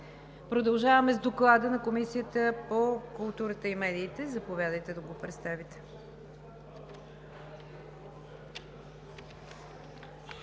Продължаваме с Доклада на Комисията по културата и медиите. Заповядайте, госпожо